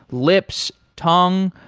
lips, tongue,